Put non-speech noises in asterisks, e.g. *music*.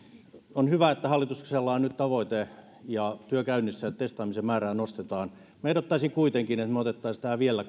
on hyvä että hallituksella on nyt tavoite ja työ käynnissä että testaamisen määrää nostetaan ehdottaisin kuitenkin että me ottaisimme tähän vielä *unintelligible*